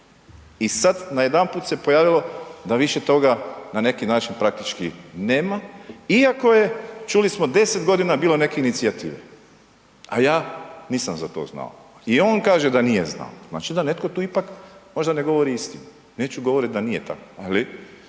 i sad najedanput se pojavilo da više toga na neki način praktički nema iako je, čuli smo, 10 godina bilo neke inicijative. A ja nisam za to znao. I on kaže da nije znao. Znači da netko tu ipak možda ne govori istinu. Neću govoriti da nije tako, ali